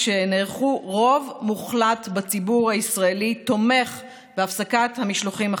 רוב מוחלט בציבור הישראלי תומך בהפסקת המשלוחים החיים,